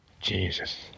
Jesus